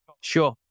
Sure